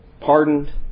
Pardoned